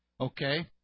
Okay